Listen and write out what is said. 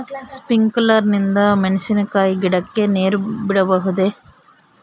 Sprinkler ನಿಂದ ಮೆಣಸಿನಕಾಯಿ ಗಿಡಕ್ಕೆ ನೇರು ಬಿಡಬಹುದೆ?